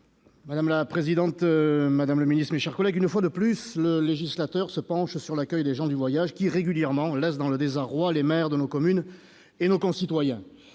Madame la présidente, madame le ministre, mes chers collègues, une fois de plus, le législateur se penche sur la question de l'accueil des gens du voyage, qui, régulièrement, plonge dans le désarroi les maires de nos communes et nos concitoyens.